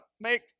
make